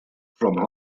from